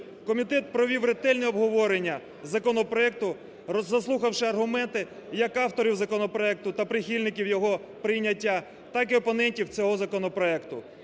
Комітет провів ретельне обговорення законопроекту, заслухавши аргументи як авторів законопроекту та прихильників його прийняття, так і опонентів цього законопроекту.